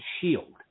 shield